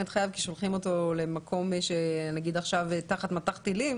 את חייו כי שולחים אותו למקום שעכשיו הוא תחת מטח טילים